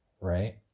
right